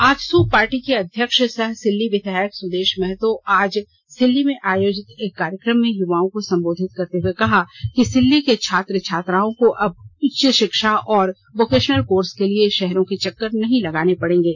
AJSU party के अध्यक्ष सह सिल्ली विधायक सुदेश महतो ने आज सिल्ली में आयोजित एक कार्यक्रम में युवाओ को संबोधित करते हुए कहा कि सिल्ली के छात्र छात्राओं को अब उच्च शिक्षा और वोकेशनल कोर्स के लिए शहरों के चक्कर नहीं लगाने पड़ेंगे